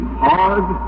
hard